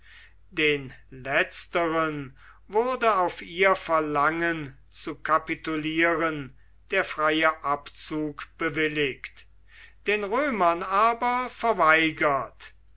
den letzteren wurde auf ihr verlangen zu kapitulieren der freie abzug bewilligt den römern aber verweigert